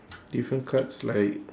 different cards like